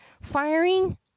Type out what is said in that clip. firing